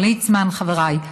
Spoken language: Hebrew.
9472 ו-9473,